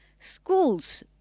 schools